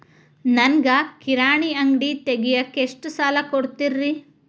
ನನಗ ಕಿರಾಣಿ ಅಂಗಡಿ ತಗಿಯಾಕ್ ಎಷ್ಟ ಸಾಲ ಕೊಡ್ತೇರಿ?